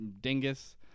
dingus